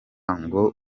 ngo